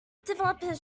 developers